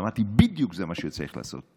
אמרתי: זה בדיוק מה שצריך לעשות,